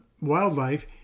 wildlife